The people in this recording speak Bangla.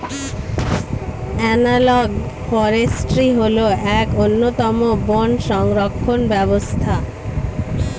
অ্যানালগ ফরেস্ট্রি হল এক অন্যতম বন সংরক্ষণ ব্যবস্থা